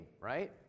right